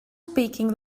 speaking